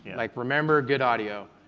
and like remember good audio.